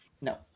No